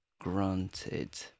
granted